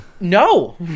No